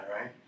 right